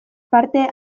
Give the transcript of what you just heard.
parte